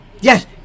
Yes